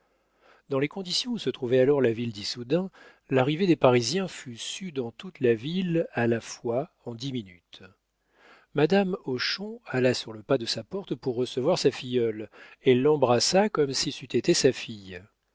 dans les conditions où se trouvait alors la ville d'issoudun l'arrivée des parisiens fut sue dans toute la ville à la fois en dix minutes madame hochon alla sur le pas de sa porte pour recevoir sa filleule et l'embrassa comme si c'eût été sa fille